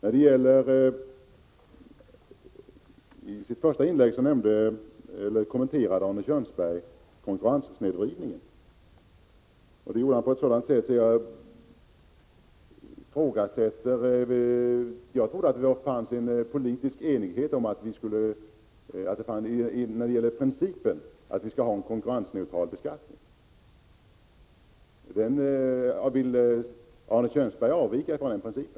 I sitt första inlägg kommenterade Arne Kjörnsberg konkurrenssnedvridningen. Han gjorde det på ett sådant sätt att det verkade som om han ifrågasatte den politiska enigheten om principen att vi skall ha en konkurrensneutral beskattning. Vill Arne Kjörnsberg avvika från den principen?